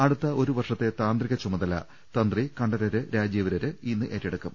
അടുത്ത ഒരു വർഷത്തെ താന്ത്രിക ചുമതല തന്ത്രി കണ്ഠരർ രാജീവർ ഇന്ന് ഏറ്റെടുക്കും